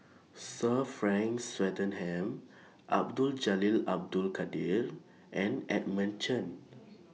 Sir Frank Swettenham Abdul Jalil Abdul Kadir and Edmund Chen